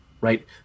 right